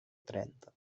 trenta